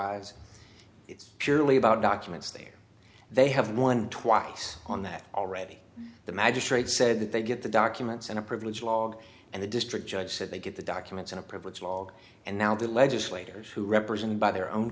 elsewise it's purely about documents there they have won twice on that already the magistrate said that they get the documents and a privilege log and the district judge said they get the documents in a privilege log and now the legislators who represented by their own